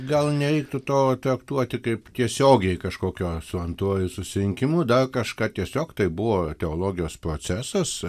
gal nereiktų to traktuoti kaip tiesiogiai kažkokio su antruoju susirinkimu dar kažką tiesiog tai buvo teologijos procesas